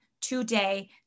today